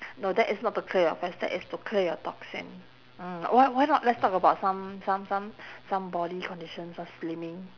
no that is not to clear your fats that is to clear your toxin mm why why not let's talk about some some some some body conditions of slimming